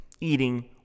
eating